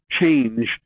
change